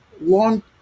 long